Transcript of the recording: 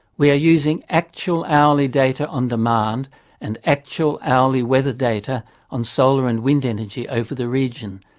we are using actual hourly data on demand and actual hourly weather data on solar and wind energy over the region.